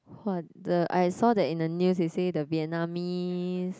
what the I saw that in the news they say the Vietnamese